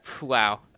Wow